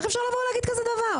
איך אפשר לבוא ולהגיד כזה דבר?